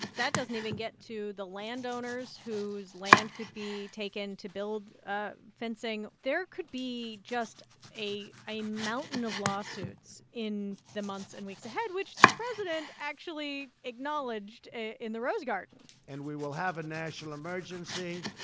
that doesn't even get to the landowners whose land could be taken to build ah fencing. there could be just a a mountain of lawsuits in the months and weeks ahead, which the president actually acknowledged in the rose garden and we will have a national emergency,